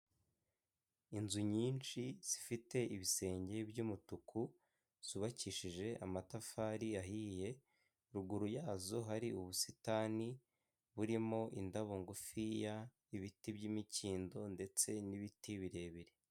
Inzu nyinshi zifite ibisenge by'umutuku zubakishije amatafari ahiye, ruguru yazo hari ubusitani burimo indabo ngufi n'ibiti by'imikindo ndetse n'ibiti birebire.